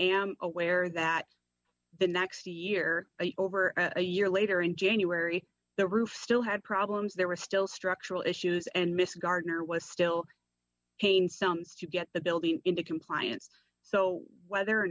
am aware that the next year over a year later in january the roof still had problems there were still structural issues and mrs gardner was still hane sums to get the building into compliance so whether or